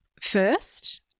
first